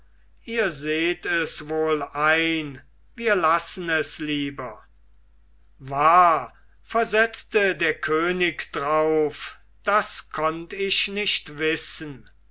ihr seht es wohl ein wir lassen es lieber wahr versetzte der könig darauf das konnt ich nicht wissen